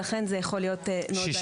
ולכן, זה יכול להיות מאוד בעייתי.